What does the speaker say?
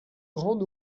grands